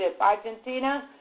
Argentina